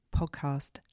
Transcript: podcast